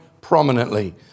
prominently